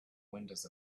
windows